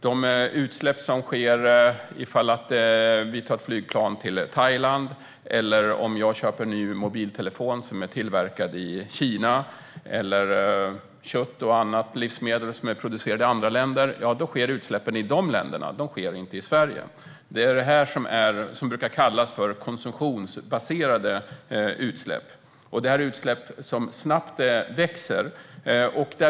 De utsläpp som sker ifall vi tar ett flygplan till Thailand eller köper en ny mobiltelefon som är tillverkad i Kina eller kött och andra livsmedel som är producerade i andra länder, de utsläppen sker i de länderna. De sker inte i Sverige. De senare brukar kallas konsumtionsbaserade utsläpp, och det är utsläpp som snabbt växer.